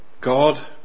God